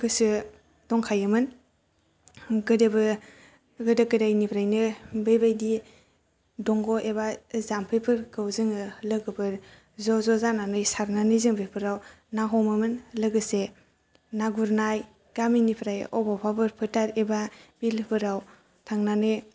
गोसो दंखायोमोन गोदोबो गोदो गोदायनिफ्रायनो बे बायदि दंग' एबा जाम्फैफोरखौ जोङो लोगोफोर ज' ज' जानानै सारनानै जों बेफोराव ना हमोमोन लोगोसे ना गुरनाय गामिनिफ्राय बबावबाफोर फोथार एबा बिलोफोराव थांनानै